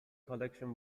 collection